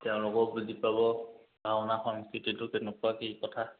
তেওঁলোকেও বুজি পাব ভাওনা সংস্কৃতিটো কেনেকুৱা কি কথা